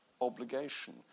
obligation